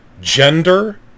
gender